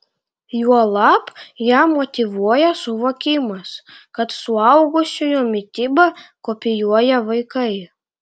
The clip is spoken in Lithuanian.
juolab ją motyvuoja suvokimas kad suaugusiųjų mitybą kopijuoja vaikai